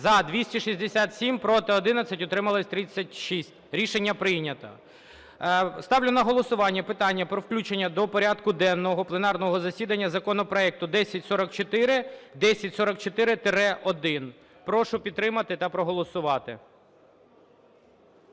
За-267 Проти – 11, утримались – 36. Рішення прийнято. Ставлю на голосування питання про включення до порядку денного пленарного засідання законопроекту 1044, 1044-1. Прошу підтримати та проголосувати.